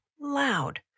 loud